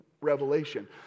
revelation